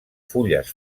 fulles